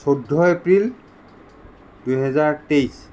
চৈধ্য এপ্ৰিল দুহেজাৰ তেইছ